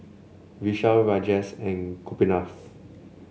Vishal Rajesh and Gopinath